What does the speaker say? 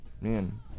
Man